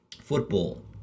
Football